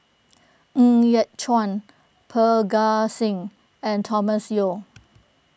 Ng Yat Chuan Parga Singh and Thomas Yeo